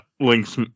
Link's